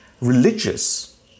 religious